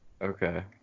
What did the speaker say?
Okay